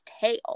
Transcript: tail